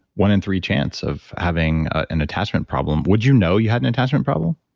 one in three chance of having an attachment problem. would you know you had an attachment problem?